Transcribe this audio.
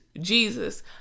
Jesus